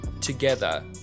together